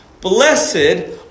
Blessed